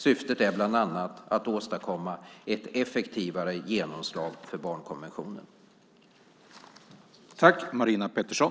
Syftet är bland annat att åstadkomma ett effektivare genomslag för barnkonventionen.